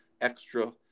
extra